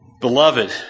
Beloved